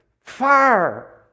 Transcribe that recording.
fire